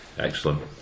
excellent